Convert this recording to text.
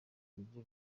ibiryo